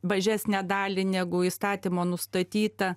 mažesnę dalį negu įstatymo nustatyta